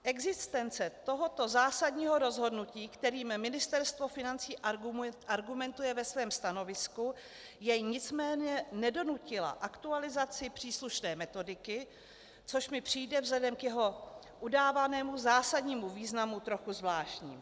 Existence tohoto zásadního rozhodnutí, kterým Ministerstvo financí argumentuje ve svém stanovisku, jej nicméně nedonutila k aktualizaci příslušné metodiky, což mi přijde vzhledem k jeho udávanému zásadnímu významu trochu zvláštní.